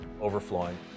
overflowing